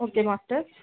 okay master